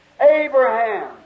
Abraham